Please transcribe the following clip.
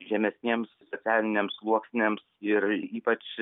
žemesniems socialiniams sluoksniams ir ypač